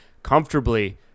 comfortably